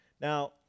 Now